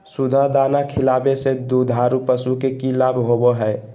सुधा दाना खिलावे से दुधारू पशु में कि लाभ होबो हय?